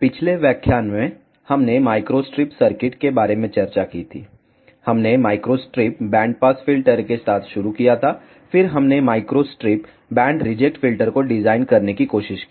पिछले व्याख्यान में हमने माइक्रोस्ट्रिप सर्किट के बारे में चर्चा की थी हमने माइक्रोस्ट्रिप बैंड पास फिल्टर के साथ शुरू किया था फिर हमने माइक्रोस्ट्रिप बैंड रिजेक्ट फिल्टर को डिजाइन करने की कोशिश की